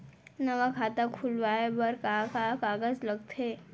नवा खाता खुलवाए बर का का कागज लगथे?